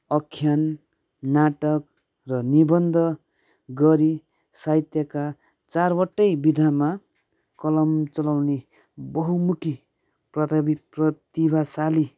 आख्यान नाटक र निबन्ध गरी साहित्यका चारवटै विधामा कलम चलाउने बहुमुखी प्रथबि प्रतिभाशाली